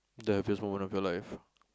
the happiest moment of your life